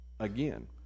again